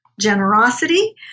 generosity